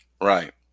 Right